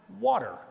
water